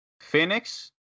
Phoenix